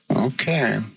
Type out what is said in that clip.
Okay